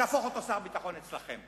להפוך אותו שר ביטחון אצלכם.